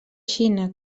xina